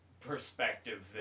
perspective